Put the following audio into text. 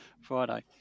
Friday